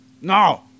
No